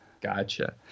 Gotcha